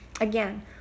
again